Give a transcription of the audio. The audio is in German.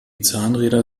zahnräder